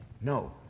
No